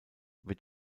wird